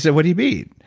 so what do you mean?